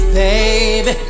baby